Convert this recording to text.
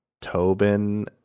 Tobin